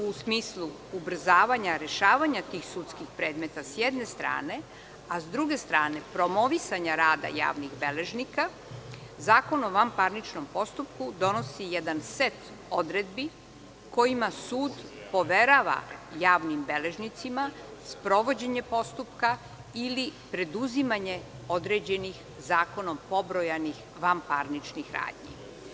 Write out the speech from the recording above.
U smislu ubrzavanja rešavanja tih sudskih predmeta, s jedne strane, a sa druge strane, zbog promovisanje rada javnih beležnika, Zakon o vanparničnom postupku donosi jedan set odredbi kojima sud poverava javnim beležnicima sprovođenje postupka ili preduzimanje određenih zakonom pobrojanih vanparničnih radnji.